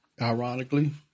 ironically